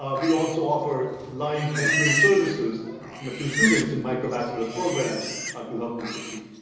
ah we also offer live mentoring services and but to students in microbachelors programs ah to help them succeed.